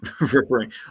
referring